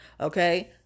Okay